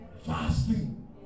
fasting